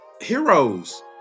heroes